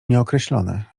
nieokreślone